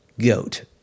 goat